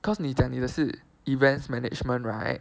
cause 你讲你的是 events management right